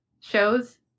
shows